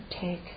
take